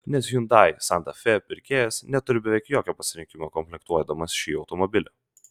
nes hyundai santa fe pirkėjas neturi beveik jokio pasirinkimo komplektuodamas šį automobilį